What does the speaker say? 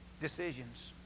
Decisions